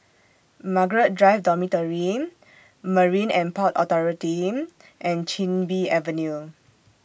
Margaret Drive Dormitory Marine and Port Authority and Chin Bee Avenue